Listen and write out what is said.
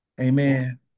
Amen